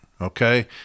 Okay